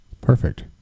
perfect